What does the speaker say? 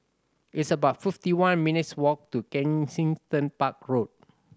it's about fifty one minutes' walk to Kensington Park Road